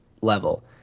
level